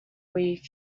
week